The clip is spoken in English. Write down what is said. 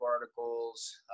articles